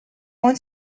want